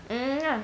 mm ya